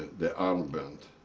the armband.